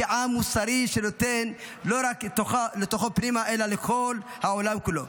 כעם מוסרי שנותן לא רק לתוכו פנימה אלא לכל העולם כולו,